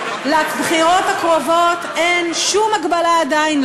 לבחירות הקרובות אין שום הגבלה עדיין,